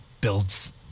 builds